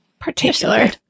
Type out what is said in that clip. particular